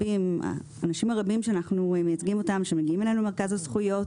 האנשים הרבים אותם אנחנו מייצגים שמגיעים אלינו למרכז הזכויות